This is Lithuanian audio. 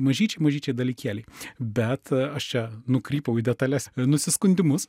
mažyčiai mažyčiai dalykėliai bet aš čia nukrypau į detales ir nusiskundimus